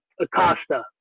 Acosta